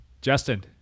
Justin